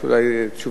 יש לה אולי תשובות,